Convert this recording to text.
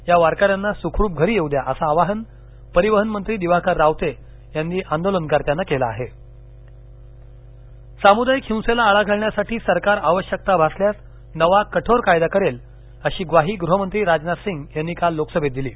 या वारकऱ्यांना सुखरुप घरी येऊ द्या असं आवाहन परिवहनमंत्री दिवाकर रावते यांनी आंदोलनकर्त्याना केलं आहे सामूदायिक हिंसेला आळा घालण्यासाठी सरकार आवश्यकता भासल्यास नवा कठोर कायदा करेल अशी ग्वाही गृहपंत्री राजनाथसिंह यांनी काल लोकसभेत दिली